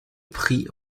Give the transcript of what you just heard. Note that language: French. prix